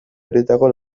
horietako